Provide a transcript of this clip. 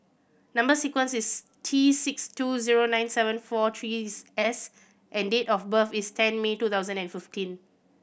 number sequence is T six two zero nine seven four three S and date of birth is ten May two thousand and fifteen